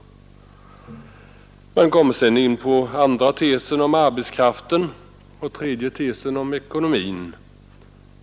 Sedan kommer man in på den andra tesen, som gäller arbetskraften, och tes nummer tre som gäller ekonomin.